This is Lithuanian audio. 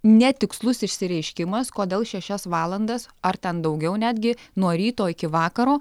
netikslus išsireiškimas kodėl šešias valandas ar ten daugiau netgi nuo ryto iki vakaro